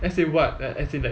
as in what as in like